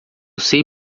sei